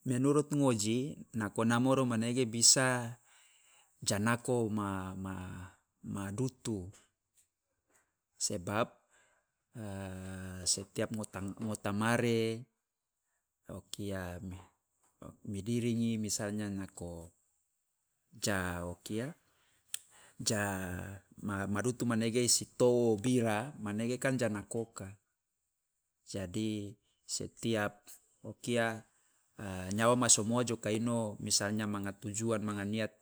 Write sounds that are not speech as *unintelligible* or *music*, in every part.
Menurut ngoji, nako namoro manege bisa janakao ma madutu, sebab *hesitation* setiap ngota ngotamare o kia o pidiringi misalnya nako ja o kia, ja ma madutu manege i si towo bira, manege kan ja nakoka. Jadi, setiap o kia nyawa ma somoa joka ino misalnya manga tujuan, manga niat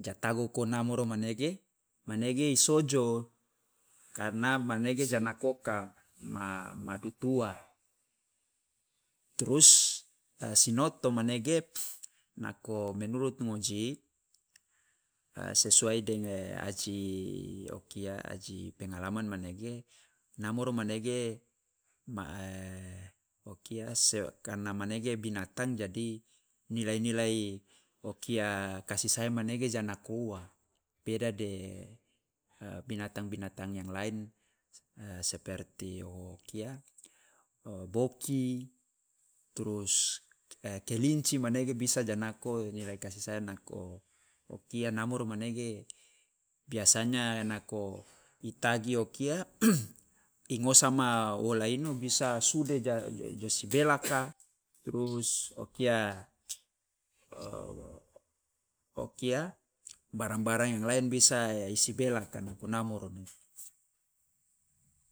ja tago kona moro manege, manege i sojo, karena manege ja nakoka ma ma tuan. Trus sinoto manege, nako menurut ngoji *hesitation* sesuai aji o kia aji pengalaman pengalaman manege namoro manege *unintelligible* karena manege binatang jadi nilai nilai o kia kasih sayang manege ja nako ua, beda de e binatang binatang yang lain, *hesitation* seperti o kia o boki, trus kelinci manege bisa ja nako nilai kasih sayang nako o kia namoro manege biasanya nako i tagi o kia, ingosa ma wola ino bisa sude ja jo sibelaka trus o kia o kia barang barang yang lain bisa i sibelaka, namoro.